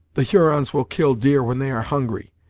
the hurons will kill deer when they are hungry,